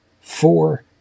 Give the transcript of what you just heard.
four